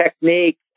technique